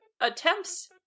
attempts